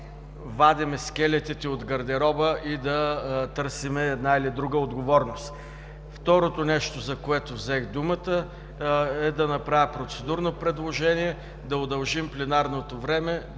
вадим скелетите от гардероба и да търсим една или друга отговорност. Второто нещо, за което взех думата, е да направя процедурно предложение да удължим пленарното време,